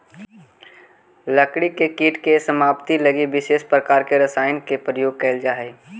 लकड़ी के कीट के समाप्ति लगी विशेष प्रकार के रसायन के प्रयोग कैल जा हइ